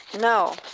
No